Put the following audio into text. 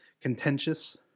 Contentious